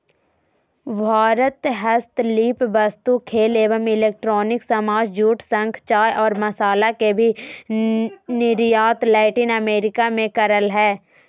भारत हस्तशिल्प वस्तु, खेल एवं इलेक्ट्रॉनिक सामान, जूट, शंख, चाय और मसाला के भी निर्यात लैटिन अमेरिका मे करअ हय